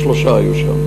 שלושה היו שם.